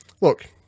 Look